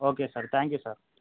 okay sir thank you sir